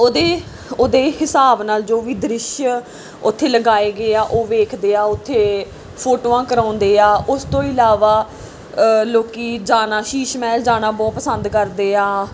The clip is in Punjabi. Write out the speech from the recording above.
ਉਹਦੇ ਉਹਦੇ ਹਿਸਾਬ ਨਾਲ ਜੋ ਵੀ ਦ੍ਰਿਸ਼ ਓਥੇ ਲਗਾਏ ਗਏ ਆ ਉਹ ਵੇਖਦੇ ਆ ਓਥੇ ਫ਼ੋਟੋਆਂ ਕਰਾਉਂਦੇ ਆ ਉਸ ਤੋਂ ਇਲਾਵਾ ਲੋਕ ਜਾਣਾ ਸ਼ੀਸ਼ ਮਹਿਲ ਜਾਣਾ ਬਹੁਤ ਪਸੰਦ ਕਰਦੇ ਆ